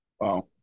Wow